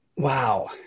Wow